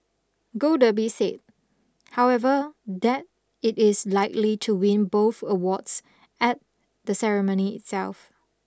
Gold Derby said however that it is likely to win both awards at the ceremony itself